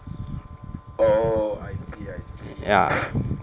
ya